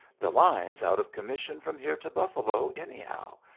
the line's out of commission from here to buffalo, anyhow,